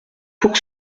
pour